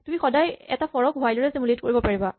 তুমি সদায় এটা ফৰ ক হুৱাইল এৰে চিমুলেট কৰিব পাৰিবা